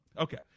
Okay